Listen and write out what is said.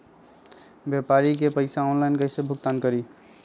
व्यापारी के पैसा ऑनलाइन कईसे भुगतान करी?